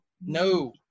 No